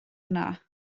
yna